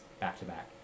back-to-back